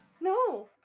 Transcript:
No